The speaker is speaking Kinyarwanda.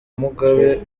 mugabe